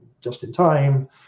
just-in-time